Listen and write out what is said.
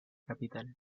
capital